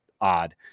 odd